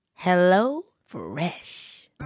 HelloFresh